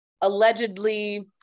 allegedly